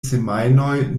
semajnoj